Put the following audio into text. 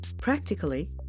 Practically